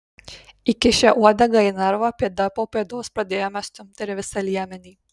įkišę uodegą į narvą pėda po pėdos pradėjome stumti ir visą liemenį